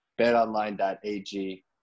BetOnline.ag